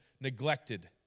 neglected